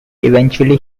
eventually